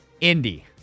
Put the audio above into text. Indy